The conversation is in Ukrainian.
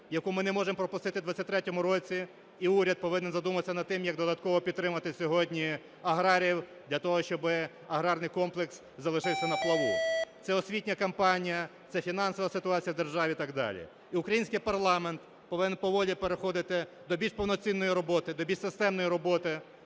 яку ми не можемо пропустити у 2023 році, і уряд повинен задуматися над тим, як додатково підтримати сьогодні аграріїв для того, щоби аграрний комплекс залишився на плаву; це освітня кампанія; це фінансова ситуація в державі і так далі. І український парламент повинен поволі переходити до більш повноцінної роботи, до більш системної роботи